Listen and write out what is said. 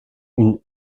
une